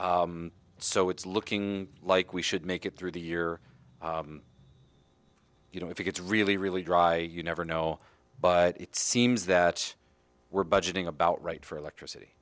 so it's looking like we should make it through the year you know if it gets really really dry you never know but it seems that we're budgeting about right for electricity